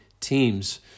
teams